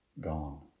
gone